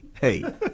hey